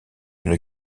une